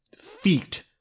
feet